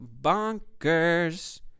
bonkers